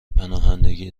پناهندگی